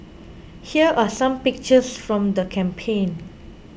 here are some pictures from the campaign